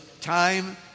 time